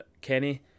Kenny